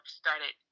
started